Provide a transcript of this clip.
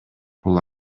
бул